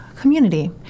Community